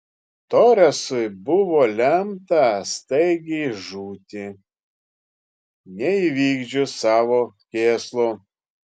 toresui buvo lemta staigiai žūti neįvykdžius savo kėslų